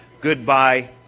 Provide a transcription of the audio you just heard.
Goodbye